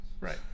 Right